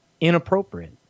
inappropriate